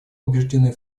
убеждены